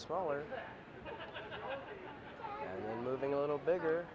smaller moving a little bigger